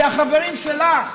זה החברים שלך.